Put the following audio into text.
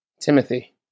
Timothy